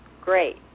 great